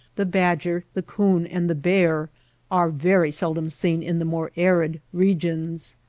the badger, the coon, and the bear are very seldom seen in the more arid regions.